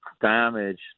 damage